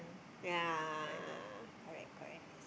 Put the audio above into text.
yeah correct correct